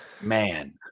man